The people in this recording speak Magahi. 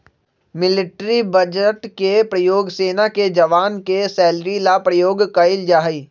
मिलिट्री बजट के प्रयोग सेना के जवान के सैलरी ला प्रयोग कइल जाहई